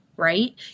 right